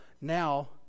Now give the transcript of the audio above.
Now